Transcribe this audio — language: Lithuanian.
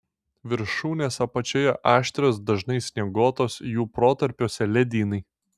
viršūnės apačioje aštrios dažnai snieguotos jų protarpiuose ledynai